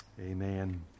Amen